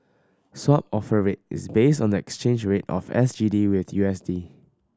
Swap Offer Rate is based on the exchange rate of S G D with U S D